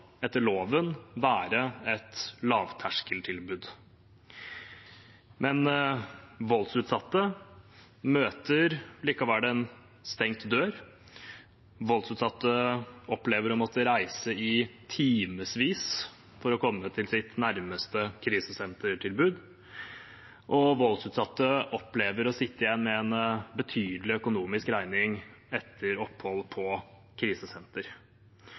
etter loven være et lavterskeltilbud, men voldsutsatte møter likevel en stengt dør. Voldsutsatte opplever å måtte reise i timevis for å komme til sitt nærmeste krisesentertilbud, og voldsutsatte opplever å sitte igjen med en betydelig økonomisk regning etter opphold på krisesenter.